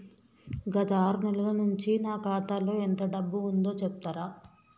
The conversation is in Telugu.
గత ఆరు నెలల నుంచి నా ఖాతా లో ఎంత డబ్బు ఉందో చెప్తరా?